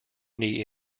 knee